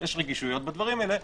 שיש רגישויות בדברים האלה,